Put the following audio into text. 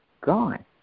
gone